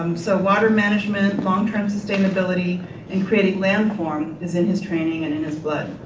um so water management and long-term sustainability in creating landform is in his training and in his blood.